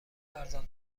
ارزان